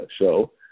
show